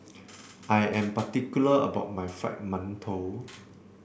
I am particular about my Fried Mantou